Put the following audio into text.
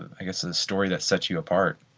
i guess the story that sets you apart?